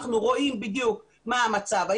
אנחנו רואים בדיוק מה המצב,